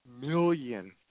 million